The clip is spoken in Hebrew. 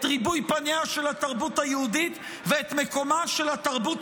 את ריבוי פניה של התרבות היהודית ואת מקומה של התרבות